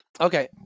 Okay